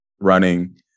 running